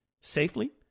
safely